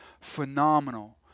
phenomenal